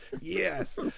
Yes